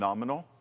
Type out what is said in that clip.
Nominal